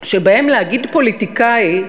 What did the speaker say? שבהם להגיד "פוליטיקאי"